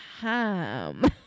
time